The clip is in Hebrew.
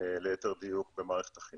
מה שאמר איתי לגבי צורך במערכת שהיא